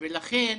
ולכן,